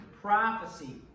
prophecy